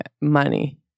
money